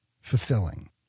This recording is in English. fulfilling